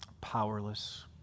powerless